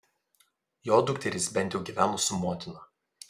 jo dukterys bent jau gyveno su motina